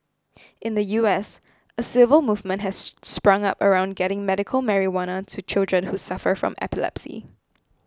in the U S a civil movement has sprung up around getting medical marijuana to children who suffer from epilepsy